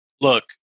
Look